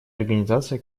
организация